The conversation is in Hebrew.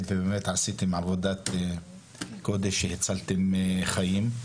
ובאמת עשיתם עבודת קודש שהצלתם חיים.